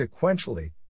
sequentially